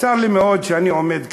צר לי מאוד שאני עומד כאן,